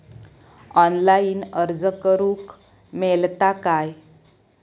Online अर्ज करूक मेलता काय?